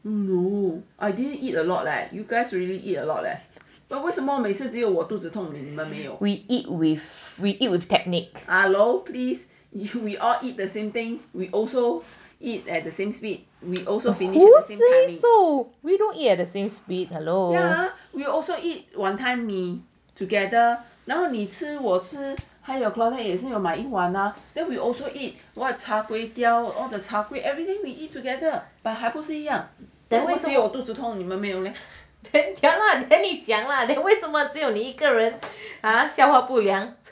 we eat with we eat with technique then who say so we don't eat at the same speed hello then 你讲 lah 为什么只有你一个人消化不良